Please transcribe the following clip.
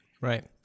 Right